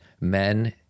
Men